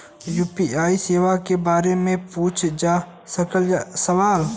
UPI सेवा के बारे में पूछ जा सकेला सवाल?